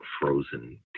frozen